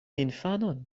infanon